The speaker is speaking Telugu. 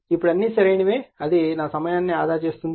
ఇప్పుడు అన్నీ సరైనవి అది నా సమయాన్ని ఆదా చేస్తుంది